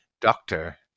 doctor